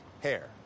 Hair